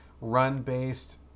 run-based